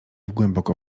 głęboko